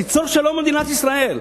תיצור שלום במדינת ישראל,